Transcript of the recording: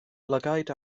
lygaid